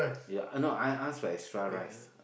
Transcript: ya I no I ask for extra rice